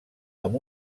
amb